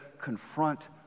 confront